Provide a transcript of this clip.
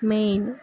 main